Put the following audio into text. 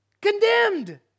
Condemned